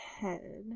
head